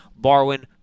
Barwin